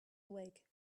awake